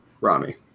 Rami